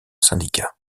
syndicat